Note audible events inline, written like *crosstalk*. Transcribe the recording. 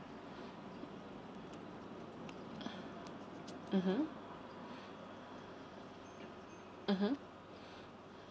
mmhmm *breath* mmhmm *breath*